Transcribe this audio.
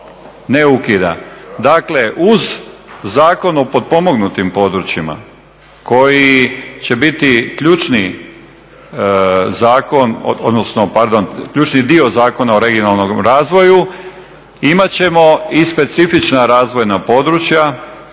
Dakle, uz Zakon o potpomognutim područjima koji će biti ključni zakon, odnosno pardon ključni dio Zakona o regionalnom razvoju imat ćemo i specifična razvojna područja